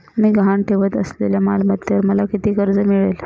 मी गहाण ठेवत असलेल्या मालमत्तेवर मला किती कर्ज मिळेल?